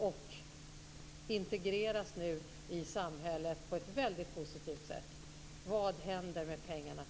De integreras nu i samhället på ett väldigt positivt sätt.